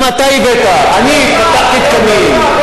של תקופות מטורפות, שאנשים ששומעים וגנר, אנחנו